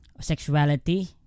sexuality